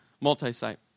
multi-site